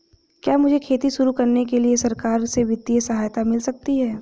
क्या मुझे खेती शुरू करने के लिए सरकार से वित्तीय सहायता मिल सकती है?